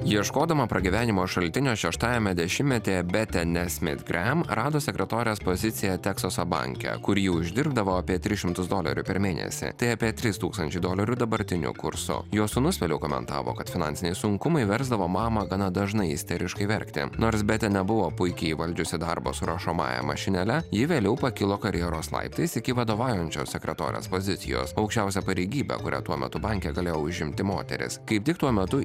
ieškodama pragyvenimo šaltinio šeštajame dešimtmetyje betė nesmid grem rado sekretorės poziciją teksaso banke kur ji uždirbdavo apie tris šimtus dolerių per mėnesį tai apie trys tūkstančiai dolerių dabartiniu kursu jos sūnus vėliau komentavo kad finansiniai sunkumai versdavo mamą gana dažnai isteriškai verkti nors betė nebuvo puikiai įvaldžiusi darbo su rašomąja mašinėle ji vėliau pakilo karjeros laiptais iki vadovaujančios sekretorės pozicijos aukščiausia pareigybė kurią tuo metu banke galėjo užimti moteris kaip tik tuo metu